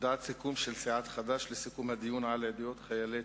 הודעת סיעת חד"ש לסיכום הדיון על עדויות חיילי